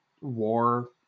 war